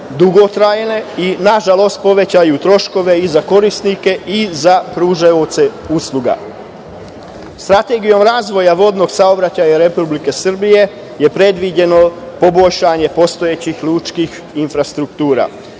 dugotrajne i nažalost povećavaju troškove i za korisnike i za pružaoce usluga. Strategijom razvoja vodnog saobraćaja Republike Srbije je predviđeno poboljšanje postojećih lučkih infrastruktura. Na